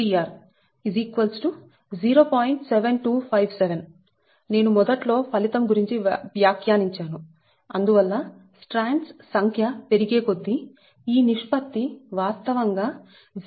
7257 నేను మొదట్లో ఫలితం గురించి వ్యాఖ్యానించాను అందువల్ల స్ట్రాండ్స్ సంఖ్య పెరిగే కొద్దీ ఈ నిష్పత్తి వాస్తవంగా 0